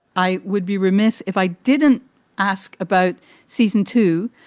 i would be remiss if i didn't ask about season two.